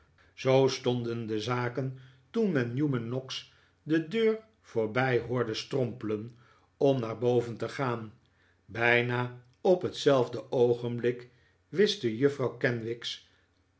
zoo stonden de zaken toen men newman noggs de deur voorbij hoorde strompelen om naar boven te gaan bijna op hetzelfde oogenblik wischte juffrouw kenwigs